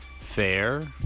fair